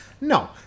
no